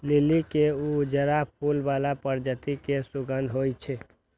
लिली के उजरा फूल बला प्रजाति मे सुगंध होइ छै